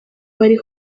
bari